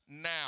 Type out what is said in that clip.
Now